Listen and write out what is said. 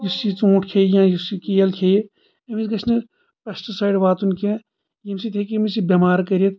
یُس یہِ ژوٗنٹھ کھٮ۪ہِ یا یُس یہِ کیل کھٮ۪ہِ أمِس گژھنہٕ پیٚسٹ سایڈ واتُن کینٛہہ ییٚمہِ سۭتۍ ہیٚکہِ ییٚمِس یہِ بٮ۪مار کٔرِتھ